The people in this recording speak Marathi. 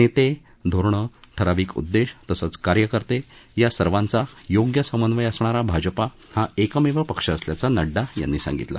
नेते धोरण ठराविक उद्देश तसंच कार्यकर्ते या सर्वांचा योग्य समन्वय असणारा भाजपा हा एकमेव पक्ष असल्याचं नङ्डा यांनी सांगितलं